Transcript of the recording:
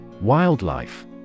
Wildlife